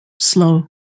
slow